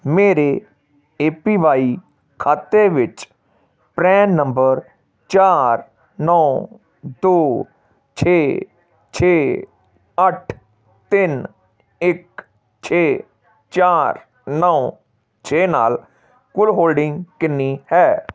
ਮੇਰੇ A P Y ਖਾਤੇ ਵਿੱਚ ਪਰੈਨ ਨੰਬਰ ਚਾਰ ਨੌਂ ਦੋ ਛੇ ਛੇ ਅੱਠ ਤਿੰਨ ਇੱਕ ਛੇ ਚਾਰ ਨੌਂ ਛੇ ਨਾਲ ਕੁੱਲ ਹੋਲਡਿੰਗ ਕਿੰਨੀ ਹੈ